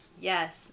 Yes